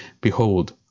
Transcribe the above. Behold